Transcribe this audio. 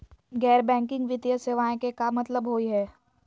गैर बैंकिंग वित्तीय सेवाएं के का मतलब होई हे?